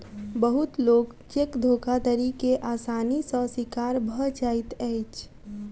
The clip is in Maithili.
बहुत लोक चेक धोखाधड़ी के आसानी सॅ शिकार भ जाइत अछि